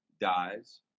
dies